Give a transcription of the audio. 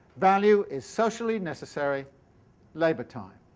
value is socially necessary labour-time.